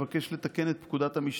שמבקש לתקן את פקודת המשטרה.